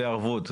זה ערבות.